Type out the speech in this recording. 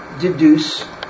deduce